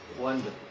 Wonderful